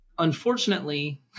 Unfortunately